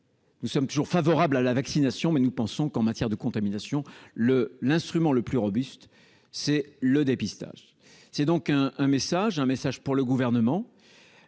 Nous sommes toujours favorables à la vaccination, mais nous pensons qu'en matière de contamination le l'instrument le plus robuste, c'est le dépistage, c'est donc un un message, un message pour le gouvernement,